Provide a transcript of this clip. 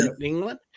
England